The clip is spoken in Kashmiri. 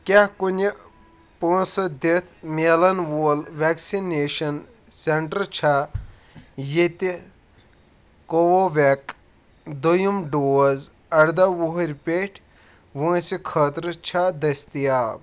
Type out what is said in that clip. کیٛاہ کُنہِ پونٛسہٕ دِتھ میلَن وول وؠکسِنیشَن سؠنٹَر چھا یتیٚتہِ کو ویک دۄیِم ڈوز اَردا وُہٕرۍ پیٚٹھۍ وٲنٛسہِ خٲطرٕ چھا دٔستِیاب